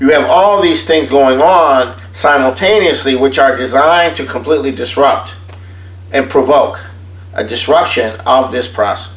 you have all these things going laws simultaneously which are designed to completely disrupt and provoke a disruption of this process